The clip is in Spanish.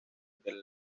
del